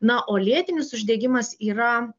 na o lėtinis uždegimas yra